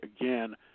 again